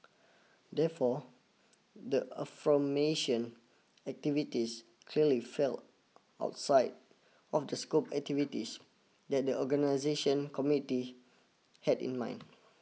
therefore the activities clearly fell outside of the scope activities that the organisation committee had in mind